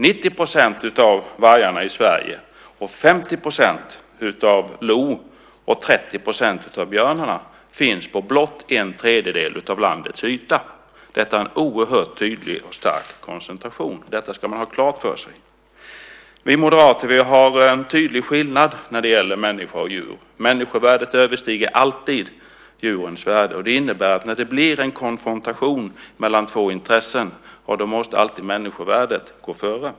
90 % av vargarna i Sverige, 50 % av lodjuren och 30 % av björnarna finns på blott en tredjedel av landets yta. Det är en oerhört tydlig och stark koncentration, och detta ska man ha klart för sig. Vi moderater gör en tydlig skillnad när det gäller människor och djur. Människovärdet överstiger alltid djurens värde. Det innebär att det blir en konfrontation mellan två intressen, och då måste alltid människovärdet gå före.